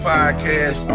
Podcast